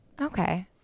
Okay